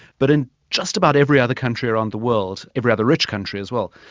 but in just about every other country around the world, every other rich country as well,